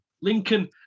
Lincoln